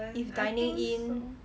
if dining in